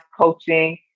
coaching